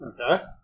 Okay